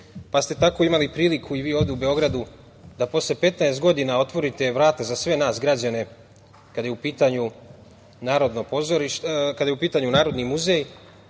ste imali priliku i vi ovde u Beogradu da posle 15 godina otvorite vrata za sve nas građane, kada je u pitanju Narodni muzej,